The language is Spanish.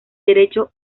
derecho